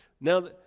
Now